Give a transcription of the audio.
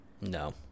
No